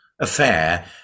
affair